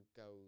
go